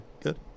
Good